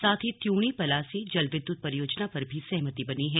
साथ ही त्यूणी पलासी जल विद्युत परियोजना पर भी सहमति बनी है